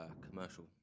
commercial